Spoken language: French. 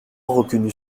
reconnut